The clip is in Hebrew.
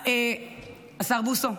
השר בוסו,